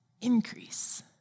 increase